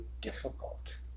difficult